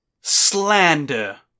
slander